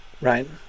right